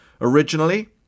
Originally